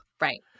Right